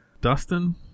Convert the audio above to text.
Dustin